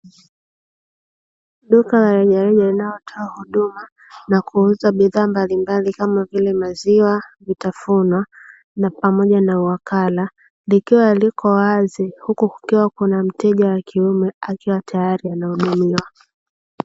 Duka la rejareja linalotoa huduma na kuuza bidhaa mbalimbali, kama vile maziwa, vitafunwa, na pamoja na wakala, likiwa liko wazi, huku kukiwa kuna mteja wa kiume akiwa tayari anahudumiwa.